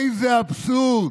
איזה אבסורד.